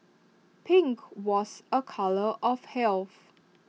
pink was A colour of health